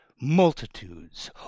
Multitudes